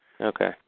Okay